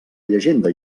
llegenda